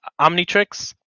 Omnitrix